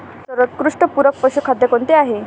सर्वोत्कृष्ट पूरक पशुखाद्य कोणते आहे?